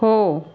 हो